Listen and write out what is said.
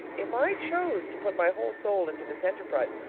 if i chose to put my whole soul into this enterprise,